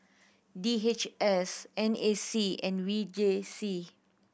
D H S N A C and V J C